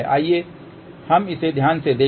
आइए हम इसे ध्यान से देखें